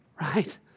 right